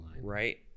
right